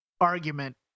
argument